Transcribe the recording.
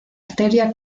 arteria